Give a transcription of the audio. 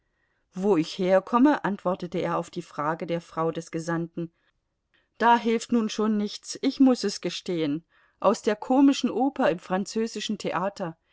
wo ich herkomme antwortete er auf die frage der frau des gesandten da hilft nun schon nichts ich muß es gestehen aus der komischen oper im französischen theater